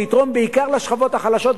ויתרום בעיקר לשכבות החלשות,